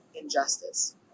injustice